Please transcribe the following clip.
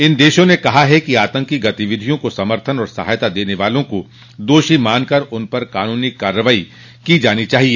इन देशों ने कहा है कि आतंकी गतिविधियों का समर्थन और सहायता देने वालों को दोषी मानकर उन पर कानूनी कार्रवाई की जानी चाहिए